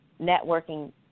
networking